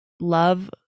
love